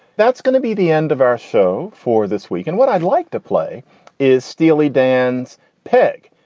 that's going to be the end of our show for this week. and what i'd like to play is steely dan's pig,